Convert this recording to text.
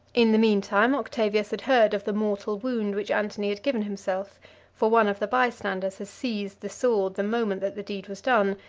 in the mean time, octavius had heard of the mortal wound which antony had given himself for one of the by-standers had seized the sword the moment that the deed was done,